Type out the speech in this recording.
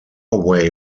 way